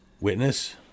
Witness